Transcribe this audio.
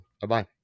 Bye-bye